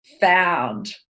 found